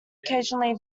occasionally